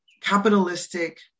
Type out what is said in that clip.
capitalistic